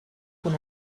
con